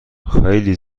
خیلی